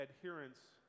adherence